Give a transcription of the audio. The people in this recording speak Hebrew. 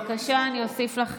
אני מבינה שאתה נמצא פה,